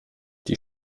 die